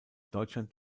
deutschland